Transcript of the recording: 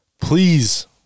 Please